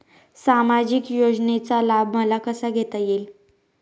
सामाजिक योजनेचा लाभ मला कसा घेता येईल?